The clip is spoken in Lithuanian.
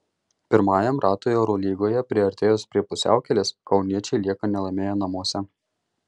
pirmajam ratui eurolygoje priartėjus prie pusiaukelės kauniečiai lieka nelaimėję namuose